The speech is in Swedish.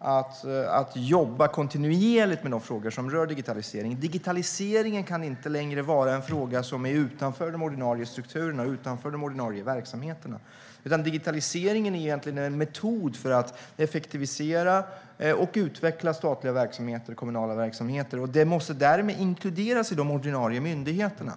att jobba kontinuerligt med de frågor som rör digitaliseringen. Digitaliseringen kan inte längre vara en fråga som är utanför de ordinarie strukturerna och de ordinarie verksamheterna. Digitaliseringen är egentligen en metod för att effektivisera och utveckla statliga och kommunala verksamheter. Den måste därmed inkluderas i de ordinarie myndigheterna.